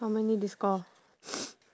how many they score